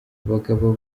abagabo